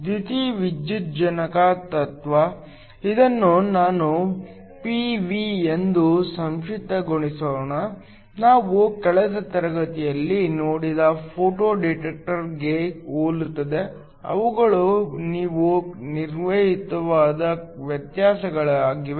ದ್ಯುತಿವಿದ್ಯುಜ್ಜನಕ ತತ್ವ ಇದನ್ನು ನಾನು ಪಿ ವಿ ಎಂದು ಸಂಕ್ಷಿಪ್ತಗೊಳಿಸೋಣ ನಾವು ಕಳೆದ ತರಗತಿಯಲ್ಲಿ ನೋಡಿದ ಫೋಟೋ ಡಿಟೆಕ್ಟರ್ಗೆ ಹೋಲುತ್ತದೆ ಅವುಗಳು ಕೆಲವು ನಿರ್ಣಾಯಕ ವ್ಯತ್ಯಾಸಗಳಾಗಿವೆ